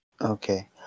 Okay